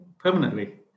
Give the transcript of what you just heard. Permanently